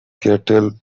cattle